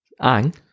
ang